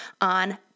on